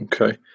Okay